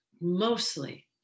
mostly